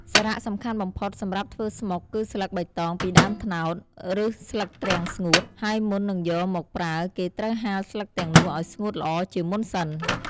សម្ភារៈសំខាន់បំផុតសម្រាប់ធ្វើស្មុគគឺស្លឹកបៃតងពីដើមត្នោត ឬស្លឹកទ្រាំងស្ងួត ហើយមុននឹងយកមកប្រើគេត្រូវហាលស្លឹកទាំងនោះឲ្យស្ងួតល្អជាមុនសិន។